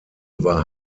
war